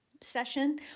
session